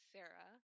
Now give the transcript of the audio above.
Sarah